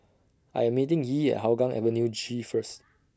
I Am meeting Yee At Hougang Avenue G First